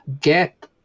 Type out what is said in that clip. get